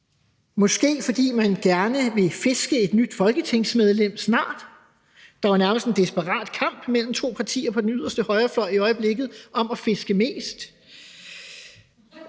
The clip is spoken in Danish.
måske fordi man gerne snart vil fiske et nyt folketingsmedlem. Der er i øjeblikket nærmest en desperat kamp mellem to partier på den yderste højrefløj om at fiske mest.